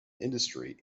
industry